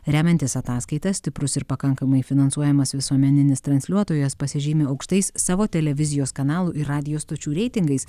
remiantis ataskaita stiprus ir pakankamai finansuojamas visuomeninis transliuotojas pasižymi aukštais savo televizijos kanalų ir radijo stočių reitingais